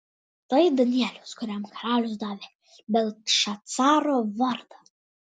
tai danielius kuriam karalius davė beltšacaro vardą